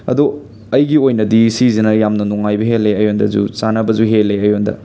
ꯑꯗꯨ ꯑꯩꯒꯤ ꯑꯣꯏꯅꯗꯤ ꯁꯤꯁꯤꯅ ꯌꯥꯝꯅ ꯅꯨꯡꯉꯥꯏꯕ ꯍꯦꯜꯂꯤ ꯑꯩꯉꯣꯟꯗꯁꯨ ꯆꯥꯟꯅꯕꯁꯨ ꯍꯦꯜꯂꯦ ꯑꯩꯉꯣꯟꯗ